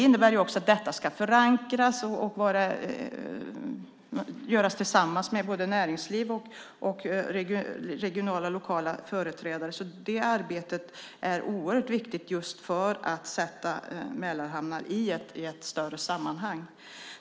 Detta ska alltså förankras och göras tillsammans med både näringsliv och regionala och lokala företrädare. Det arbetet är oerhört viktigt just för att sätta Mälarhamnar i ett större sammanhang.